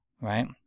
right